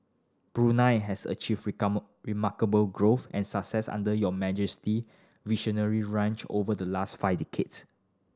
Brunei has achieved remarkable growth and success under Your Majesty visionary reign over the last five decades